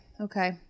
Okay